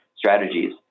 Strategies